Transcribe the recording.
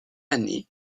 année